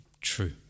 true